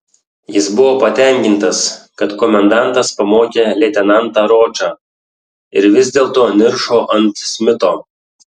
jis buvo patenkintas kad komendantas pamokė leitenantą ročą ir vis dėlto niršo ant smito